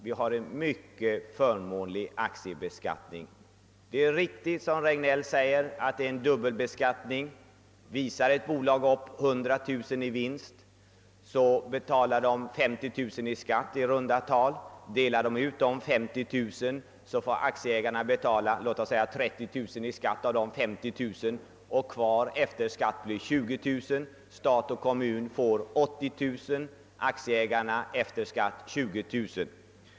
Vi har en mycket förmånlig aktiebeskattning. Det är riktigt som herr Regnéll säger att det är fråga om en dubbelbeskattning. Om ett bolag visar upp 100 000 kronor i vinst, betalar bolaget i runt tal 50 000 kronor i skatt. Delar bolaget sedan ut återstående 50 000 kronor, får aktieägarna betala 30 000 kronor i skatt och kvar efter skatt blir 20 000 kronor. Stat och kommun får 80 000 kronor och aktieägarna efter skatt 20 000 kronor.